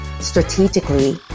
strategically